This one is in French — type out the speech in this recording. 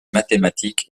mathématiques